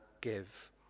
give